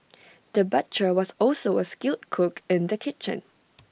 the butcher was also A skilled cook in the kitchen